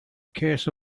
case